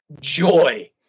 joy